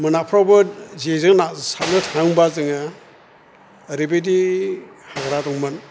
मोनाफ्रावबो जेजों ना सारनो थाङोबा जोङो ओरैबायदि हाग्रा दंमोन